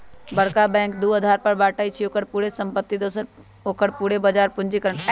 बरका बैंक के दू अधार पर बाटइ छइ, ओकर पूरे संपत्ति दोसर ओकर पूरे बजार पूंजीकरण